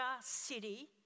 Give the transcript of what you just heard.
city